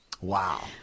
Wow